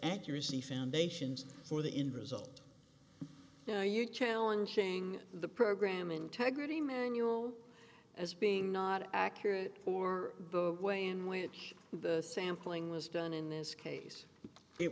accuracy foundations for the in result now you're challenging the program integrity manual as being not accurate for the way in which the sampling was done in this case it